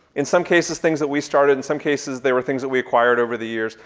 in some cases, things that we started. in some cases, they were things that we acquired over the years.